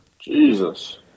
Jesus